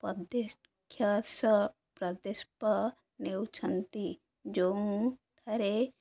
ପଦକ୍ଷେପ ପ୍ରଦେଶପ ନେଉଛନ୍ତି ଯେଉଁଠାରେ